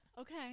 Okay